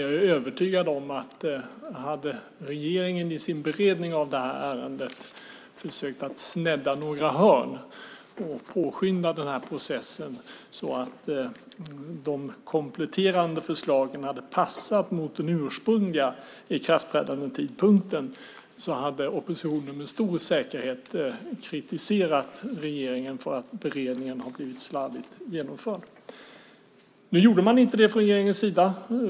Jag är övertygad om att om regeringen i sin beredning hade försökt att snedda några hörn och påskynda processen så att de kompletterande förslagen hade passat mot den ursprungliga ikraftträdandetidpunkten hade oppositionen med stor säkerhet kritiserat regeringen för att beredningen hade blivit slarvigt genomförd. Nu gjorde man inte det från regeringens sida.